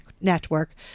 Network